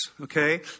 Okay